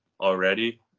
already